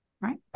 Right